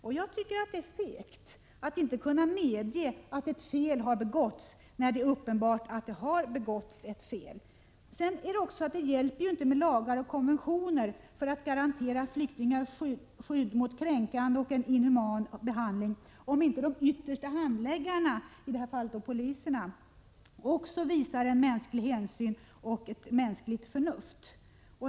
Det är fegt att inte kunna medge att ett fel har begåtts, när så uppenbarligen är fallet. Det hjälper inte med lagar och konventioner för att garantera flyktingar skydd mot kränkande och inhuman behandling om inte de som ytterst handlägger ett ärende — i detta fall polisen — också visar en mänsklig hänsyn och ett mänskligt förnuft.